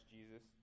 Jesus